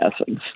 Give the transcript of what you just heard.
essence